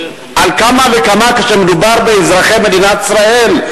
על אחת כמה וכמה כאשר מדובר באזרחי מדינת ישראל.